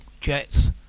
Jets